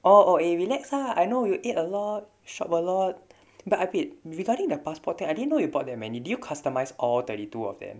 orh orh eh relax lah I know you ate a lot shop a lot but eh wait regarding the passport thing I didn't know you bought that many did you customize all thirty two of them